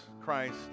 Christ